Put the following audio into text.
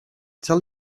tell